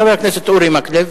חבר הכנסת אורי מקלב.